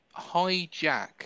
Hijack